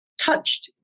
touched